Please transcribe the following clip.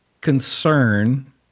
concern